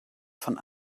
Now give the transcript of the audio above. von